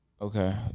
Okay